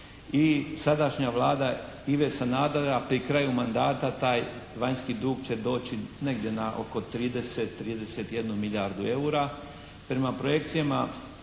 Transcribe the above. i sadašnja Vlada Ive Sanadera pri kraju mandata taj vanjski dug će doći negdje na oko 30, 31 milijardu EUR-a. Prema projekcijama